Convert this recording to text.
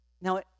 Now